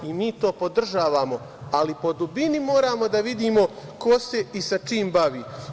Mi to podržavamo, ali po dubini moramo da vidimo ko se i sa čim bavi.